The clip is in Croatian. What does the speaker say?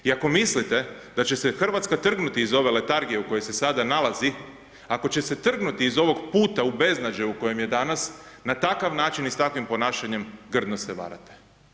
I ako mislite da će se Hrvatska trgnuti iz ove letargije u kojoj se sada nalazi, ako će se trgnuti iz ovog puta u beznađe u kojem je danas, na takav način i s takvim ponašanjem, grdno se varate.